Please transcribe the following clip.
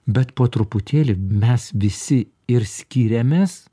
bet po truputėlį mes visi ir skiriamės